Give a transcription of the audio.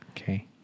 Okay